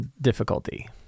difficulty